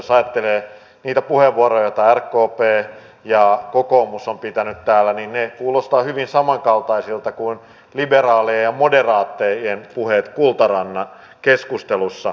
jos ajattelee niitä puheenvuoroja joita rkp ja kokoomus ovat pitäneet täällä niin ne kuulostavat hyvin samankaltaisilta kuin liberaalien ja moderaattien puheet kultarannan keskustelussa